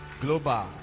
Global